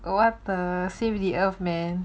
what the safe the earth man